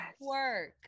work